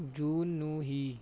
ਜੂਨ ਨੂੰ ਹੀ